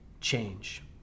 change